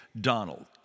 Donald